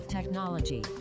Technology